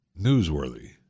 Newsworthy